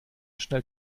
schnell